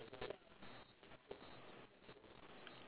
like uh the door is open or close or anything like that